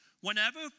Whenever